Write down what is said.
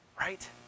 Right